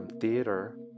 theater